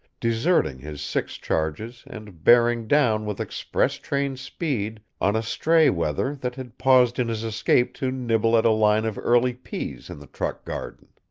deserting his six charges and bearing down with express train speed on a stray wether that had paused in his escape to nibble at a line of early peas in the truck garden.